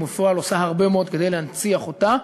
ובפועל עושה הרבה מאוד כדי להנציח אותה.